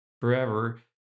forever